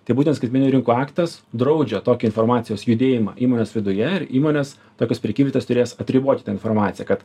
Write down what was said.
tai būtent kad skaitmeninių rinkų aktas draudžia tokį informacijos judėjimą įmonės viduje ir įmonės tokios prekyvietės turės atriboti tą informaciją kad